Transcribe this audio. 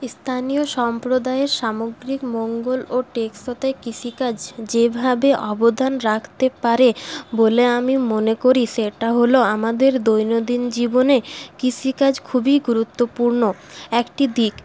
স্থানীয় সম্প্রদায়ের সামগ্রিক মঙ্গল ও টেকসতে কৃষিকাজ যেভাবে অবদান রাখতে পারে বলে আমি মনে করি সেটা হলো আমাদের দৈনন্দিন জীবনে কৃষিকাজ খুবই গুরুত্বপূর্ণ একটি দিক